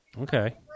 Okay